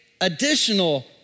additional